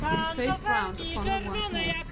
he faced round upon her once more.